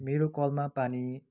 मेरो कलमा पानी